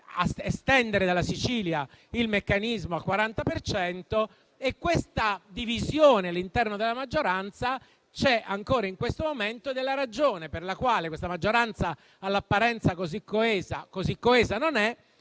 estendere dalla Sicilia il meccanismo al 40 per cento. E questa divisione all'interno della maggioranza c'è ancora in questo momento ed è la ragione per la quale la maggioranza, all'apparenza così coesa,